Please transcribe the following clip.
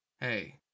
Hey